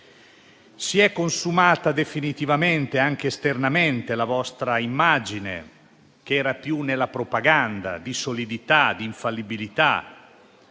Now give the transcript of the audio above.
si è consumata definitivamente, anche esternamente, la vostra immagine (che era più nella propaganda) di solidità, di infallibilità;